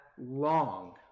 long